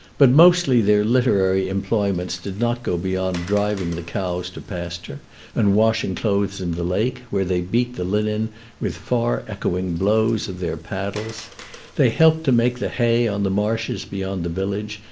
but mostly their literary employments did not go beyond driving the cows to pasture and washing clothes in the lake, where they beat the linen with far-echoing blows of their paddles they helped to make the hay on the marshes beyond the village,